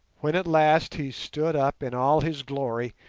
when at last he stood up in all his glory,